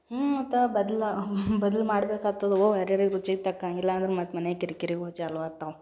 ಹ್ಞೂ ಮತ್ತು ಬದ್ಲು ಬದ್ಲು ಮಾಡ್ಬೇಕಾಗ್ತದವ್ವೋ ಯಾರ್ಯಾರಿಗೆ ರುಚಿಗೆ ತಕ್ಕಂಗೆ ಇಲ್ಲಾಂದ್ರೆ ಮತ್ತು ಮನ್ಯಾಗ ಕಿರಿಕಿರಿಗಳು ಚಾಲು ಆಗ್ತವೆ